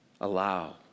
allow